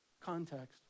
Context